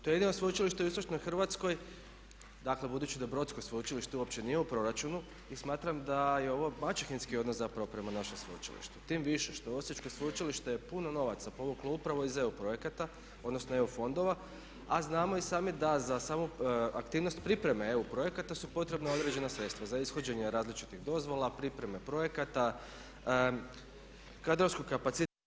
To je jedino sveučilište u istočnoj Hrvatskoj, dakle budući da brodsko sveučilište uopće nije u proračunu i smatram da je ovo maćehinski odnos zapravo prema našem sveučilištu tim više što je Osječko sveučilište puno novaca povuklo upravo iz EU projekata, odnosno EU fondova, a znamo i sami da za samu aktivnost pripreme EU projekata su potrebna određena sredstva za ishođenje različitih dozvola, pripreme projekata, kadrovsku kapacitiranost itd.